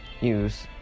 Use